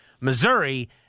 Missouri